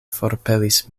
forpelis